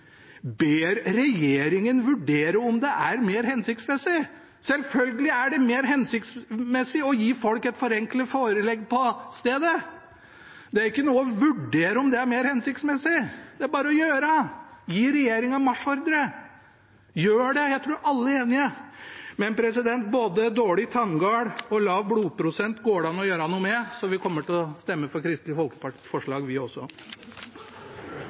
ber regjeringen vurdere om det er mer hensiktsmessig». Selvfølgelig er det mer hensiktsmessig å gi folk et forenklet forelegg på stedet! Det er ikke noe å «vurdere» om det er mer hensiktsmessig. Det er bare å gjøre det – gi regjeringen marsjordre! Gjør det! Jeg tror alle er enige. Men både dårlig tanngard og lav blodprosent går det an å gjøre noe med, så vi kommer til å stemme for Kristelig Folkepartis forslag vi også.